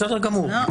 בסדר גמור.